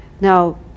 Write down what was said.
Now